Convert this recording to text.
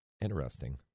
interesting